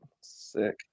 Sick